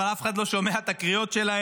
אבל אף אחד לא שומע את הקריאות שלהם.